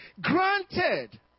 granted